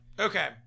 Okay